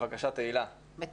חברת הכנסת תהלה פרידמן, בבקשה.